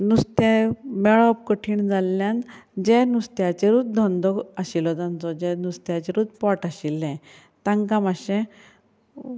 नुस्तें मेळप कठीण जाल्ल्यान जे नुस्त्याचेरूच धंदो आशिल्लो जांचो जे नुस्त्याचेरूच पोट आशिल्लें तांकां मातशें